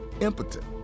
impotent